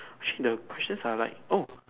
shit the questions are like oh